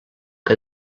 que